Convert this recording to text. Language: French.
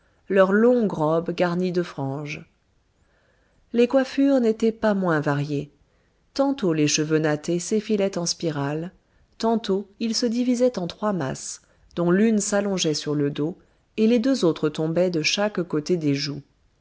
leur longue robe garnie de franges les coiffures n'étaient pas moins variées tantôt les cheveux nattés s'effilaient en spirales tantôt ils se divisaient en trois masses dont l'une s'allongeait sur le dos et les deux autres tombaient de chaque côté des joues